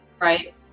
right